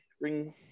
bring